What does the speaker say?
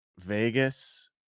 Vegas